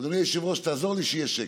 אדוני היושב-ראש, תעזור לי שיהיה שקט.